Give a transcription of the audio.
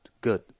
good